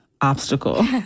obstacle